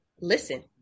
listen